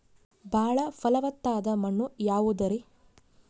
ಬಾಳ ಫಲವತ್ತಾದ ಮಣ್ಣು ಯಾವುದರಿ?